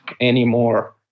anymore